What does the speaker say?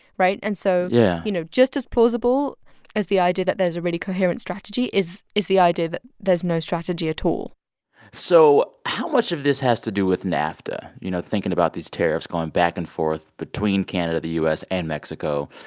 right? and so. yeah you know, just as plausible as the idea that there's a really coherent strategy is is the idea that there's no strategy at all so how much of this has to do with nafta? you know, thinking about these tariffs going back and forth between canada, the u s, and mexico,